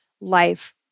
life